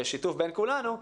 בשיתוף בין כולנו,